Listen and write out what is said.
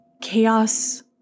chaos